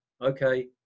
okay